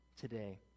today